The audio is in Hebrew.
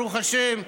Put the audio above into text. ברוך השם,